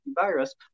virus